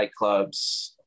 nightclubs